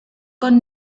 con